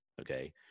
okay